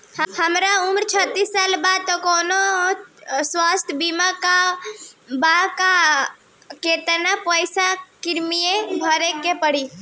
हमार उम्र छत्तिस साल बा त कौनों स्वास्थ्य बीमा बा का आ केतना पईसा प्रीमियम भरे के पड़ी?